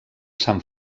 sant